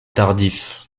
tardif